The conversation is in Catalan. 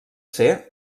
ser